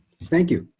thank you.